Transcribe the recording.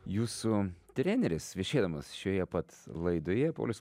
jūsų treneris viešėdamas šioje pat laidoje paulius